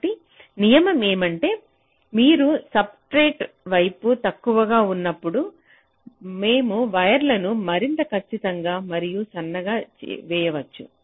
కాబట్టి నియమం ఏమిటంటే మీరు సబ్ స్ట్రెట్ వైపు తక్కువగా ఉన్నప్పుడు మేము వైర్లను మరింత ఖచ్చితంగా మరియు సన్నగా వేయవచ్చు